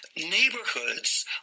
Neighborhoods